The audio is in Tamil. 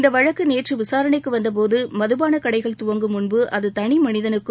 இந்த வழக்கு நேற்று விசாரணைக்கு வந்தபோது மதுபான கடைகள் துவங்கும் முன்பு அது தனி மனிதனுக்கும்